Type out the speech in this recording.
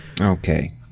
Okay